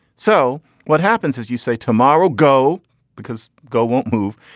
so what happens as you say tomorrow go because go won't move.